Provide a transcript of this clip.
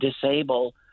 disable